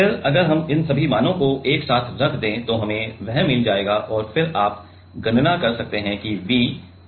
फिर अगर हम इन सभी मानों को एक साथ रख दें तो हमें वह मिल जाएगा और फिर आप गणना कर सकते हैं कि V 5383 वोल्ट के बराबर होगा